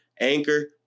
Anchor